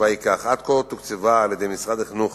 עד כה תוקצבה על-ידי משרד החינוך